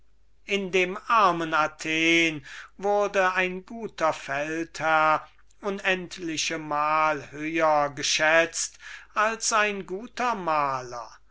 in dem armen athen wurde ein guter feld herr unendlichmal höher geschätzt als ein guter maler